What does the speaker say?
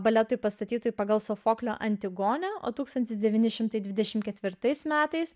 baletui pastatytui pagal sofoklio antigonę o tūkstantis devyni šimtai dvidešimt ketvirtais metais